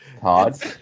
Todd